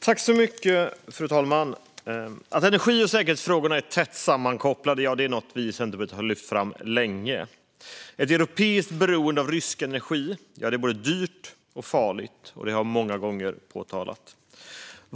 Fru talman! Att energi och säkerhetsfrågorna är tätt sammankopplade är något vi i Centerpartiet har lyft fram länge. Ett europeiskt beroende av rysk energi är både dyrt och farligt. Det har jag påpekat många gånger.